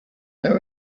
there